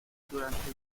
durante